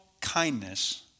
kindness